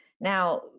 Now